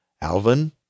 Alvin